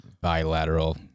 Bilateral